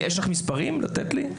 נתונים לתת לי?